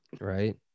Right